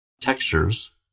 textures